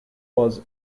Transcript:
was